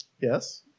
Yes